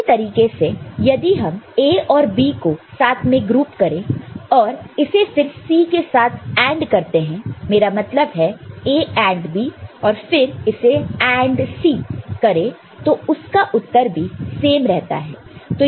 उसी तरीके से यदि हम A और B को साथ में ग्रुप करते हैं और इसे फिर C के साथ AND करते हैं मेरा मतलब है A AND B और फिर इसे AND C करें तो उसका उत्तर भी सेम ही रहता है